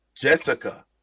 Jessica